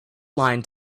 line